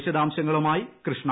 വിശദാംശങ്ങളുമായി കൃഷ്ണ